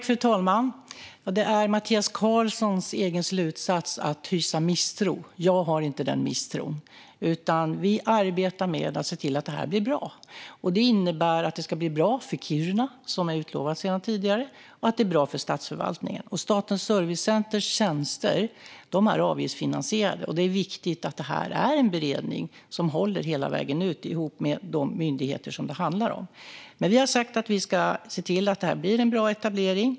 Fru talman! Det är Mattias Karlssons egen slutsats att hysa misstro. Jag hyser inte denna misstro. Vi arbetar med att se till att detta blir bra. Det innebär att det ska bli bra för Kiruna, som har utlovats tidigare, och för statsförvaltningen. Statens servicecenters tjänster är avgiftsfinansierade, och det är viktigt att detta är en beredning som håller hela vägen tillsammans med de myndigheter som det handlar om. Vi har sagt att vi ska se till att detta blir en bra etablering.